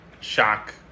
shock